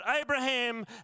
Abraham